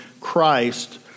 Christ